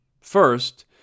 First